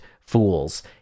fools